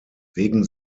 wegen